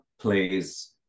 plays